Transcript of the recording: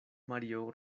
mario